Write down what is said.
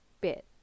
bit